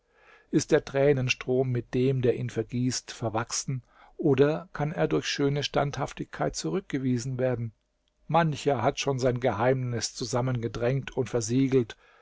ist der tränenstrom mit dem der ihn vergießt verwachsen oder kann er durch schöne standhaftigkeit zurückgewiesen werden mancher hat schon sein geheimnis zusammengedrängt und versiegelt